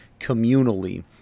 communally